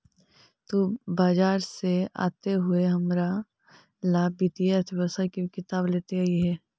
तु बाजार से आते हुए हमारा ला वित्तीय अर्थशास्त्र की किताब लेते अइहे